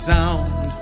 Sound